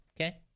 okay